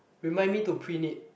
remind me to print it